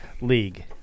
league